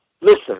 listen